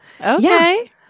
Okay